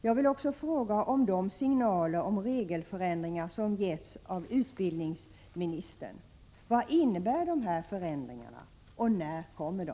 Jag vill också fråga om de signaler om regelförändringar som getts av utbildningsministern. Vad innebär de förändringarna och när kommer de?